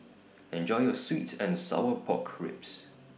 Enjoy your Sweet and Sour Pork Ribs